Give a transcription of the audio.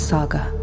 Saga